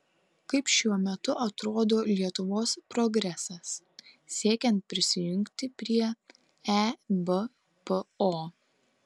kaip šiuo metu atrodo lietuvos progresas siekiant prisijungti prie ebpo